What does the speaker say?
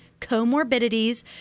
comorbidities